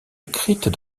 écrites